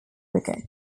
brigade